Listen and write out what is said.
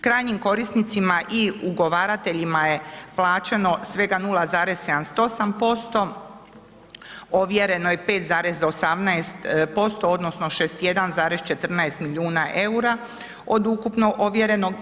Krajnjim korisnicima i ugovarateljima je plaćeno svega 0,78%, ovjereno je 5,18% odnosno 61,14 milijuna EUR-a od ukupno ovjerenog.